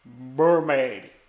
mermaid